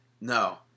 No